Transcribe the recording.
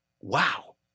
wow